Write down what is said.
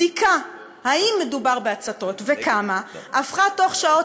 בדיקה אם מדובר בהצתות וכמה הפכה בתוך שעות